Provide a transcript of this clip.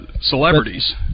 celebrities